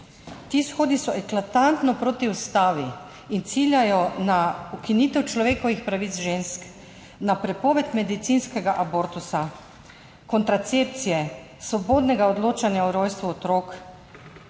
Ti shodi so eklatantno proti ustavi in ciljajo na ukinitev človekovih pravic žensk, na prepoved medicinskega abortusa, kontracepcije, svobodnega odločanja o rojstvu otrok,